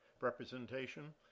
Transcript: representation